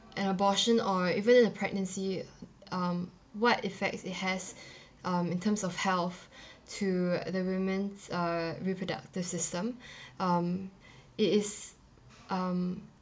an abortion or even the pregnancy um what effects it has um in terms of health to the woman's err reproductive system um it is um